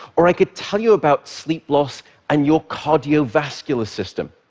or i could tell you about sleep loss and your cardiovascular system,